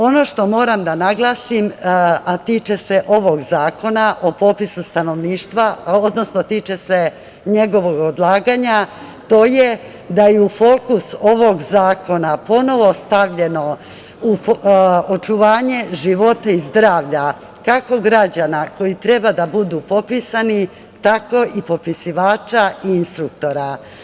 Ono što moram da naglasim, a tiče se ovog Zakona o popisu stanovništva, odnosno tiče se njegovog odlaganja, to je da je u fokusu ovog zakona ponovo stavljeno očuvanje života i zdravlja, kako građana koji treba da budu popisani, tako i popisivača i instruktora.